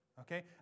Okay